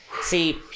see